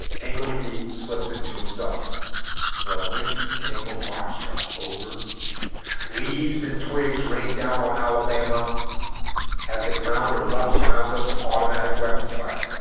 angle key slips into himself well whiskey tango foxtrot over leaves and twigs rain down on alabama as the ground erupts around us from automatic weapons fire